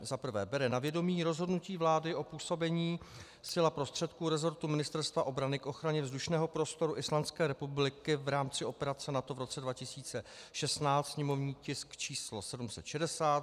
1. bere na vědomí rozhodnutí vlády o působení sil a prostředků resortu Ministerstva obrany k ochraně vzdušného prostoru Islandské republiky v rámci operace NATO v roce 2016, sněmovní tisk č. 760,